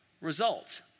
result